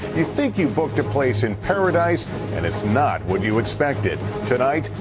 you think you booked a place in paradise and it's not what you expected. tonight,